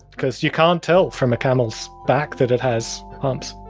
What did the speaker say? because you can tell from a camel's back that it has humps.